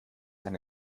eine